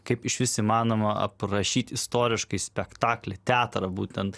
kaip išvis įmanoma aprašyt istoriškai spektaklį teatrą būtent